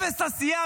אפס עשייה.